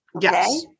Yes